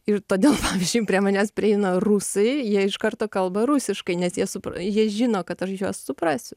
ir todėl pavyzdžiui prie manęs prieina rusai jie iš karto kalba rusiškai nes jie su jie žino kad aš juos suprasiu